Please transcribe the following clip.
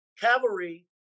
cavalry